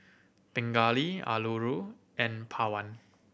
Pingali Alluri and Pawan